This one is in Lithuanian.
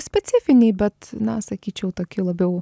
specifiniai bet na sakyčiau toki labiau